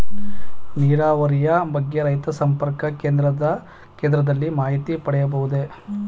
ನೀರಾವರಿಯ ಬಗ್ಗೆ ರೈತ ಸಂಪರ್ಕ ಕೇಂದ್ರದಲ್ಲಿ ಮಾಹಿತಿ ಪಡೆಯಬಹುದೇ?